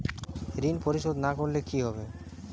ঋণ পরিশোধ না করলে কি হবে?